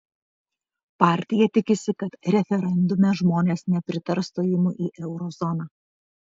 partija tikisi kad referendume žmones nepritars stojimui į euro zoną